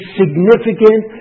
significant